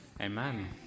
Amen